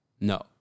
No